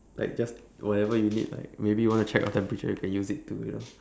like just whatever you need like maybe you want to check your temperature you can use it to you know